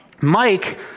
Mike